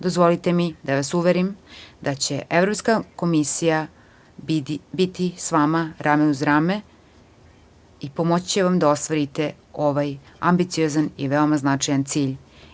Dozvolite mi da vas uverim da će Evropska komisija biti sa vama rame uz rame i pomoći će vam da ostvarite ovaj ambiciozan i veoma značajan cilj.